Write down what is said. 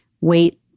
wait